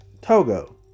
Togo